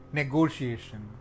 negotiation